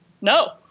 No